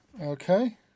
Okay